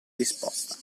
risposta